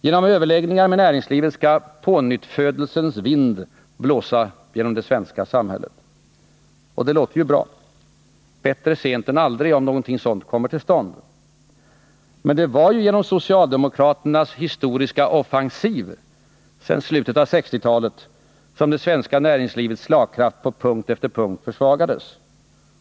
Genom överläggningar med näringslivet skall pånyttfödelsens vind blåsa genom det svenska samhället, och det låter ju bra. Bättre sent än aldrig, om någonting sådant kommer till stånd. Men det var ju till följd av socialdemokraternas ”historiska offensiv” sedan slutet av 1960-talet som det svenska näringslivets slagkraft på punkt efter punkt försvagades.